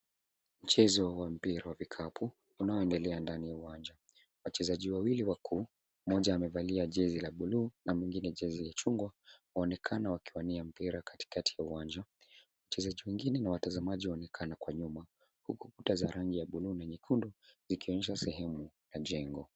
Mchezo wa mpira wa vikapu unaoendelea ndani ya uwanja. Wachezaji wawili wako. Mmoja amevalia jezi la bluu na mwingine jezi ya chungwa waonekana wakiwania mpira katikati mwa uwanja. Wachezaji wangine na watazamaji waonekana kwa nyuma huku kuta za rangi ya bluu na nyekundu zikionyesha sehemu ya jengo.